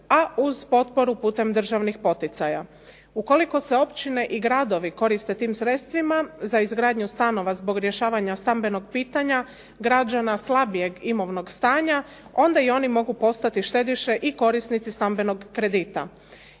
a uz potporu putem državnih poticaja. Ukoliko se općine i gradovi koriste tim sredstvima za izgradnju stanova zbog rješavanja stambenog pitanja građana slabijeg imovnog stanja, onda i oni mogu postati štediše i korisnicima kredita.